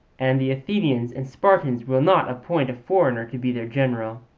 and the athenians and spartans will not appoint a foreigner to be their general.